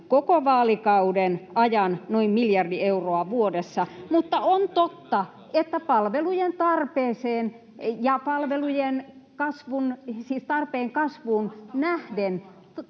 koko vaalikauden ajan noin miljardi euroa vuodessa. Mutta on totta, että palvelujen tarpeeseen [Annika